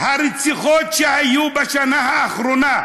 הרציחות שהיו בשנה האחרונה,